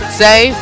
say